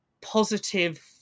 positive